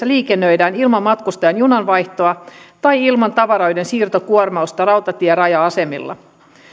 liikennöidään ilman matkustajan junanvaihtoa tai ilman tavaroiden siirtokuormausta rautatieraja asemilla